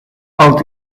oud